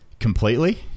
completely